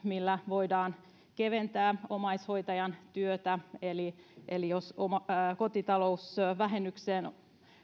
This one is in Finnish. millä voidaan keventää omaishoitajan työtä on kotitalousvähennys eli jos kotitalousvähennykseen